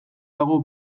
dago